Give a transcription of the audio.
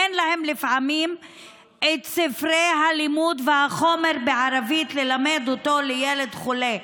אין להם לפעמים את ספרי הלימוד והחומר בערבית ללמד את הילד החולה.